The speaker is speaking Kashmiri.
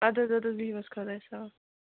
اَدٕ حظ اَدٕ حظ بِہِو حظ خدایَس حَوال